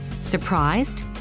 Surprised